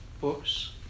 books